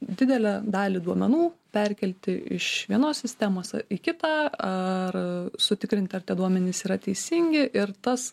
didelę dalį duomenų perkelti iš vienos sistemos į kitą ar sutikrinti ar tie duomenys yra teisingi ir tas